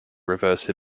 reverse